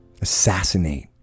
assassinate